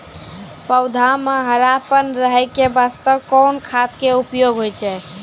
पौधा म हरापन रहै के बास्ते कोन खाद के उपयोग होय छै?